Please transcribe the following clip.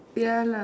ya lah